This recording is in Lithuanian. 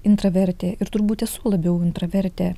intravertė ir turbūt esu labiau intravertė